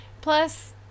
Plus